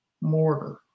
mortar